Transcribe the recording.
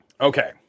Okay